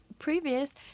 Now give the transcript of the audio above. previous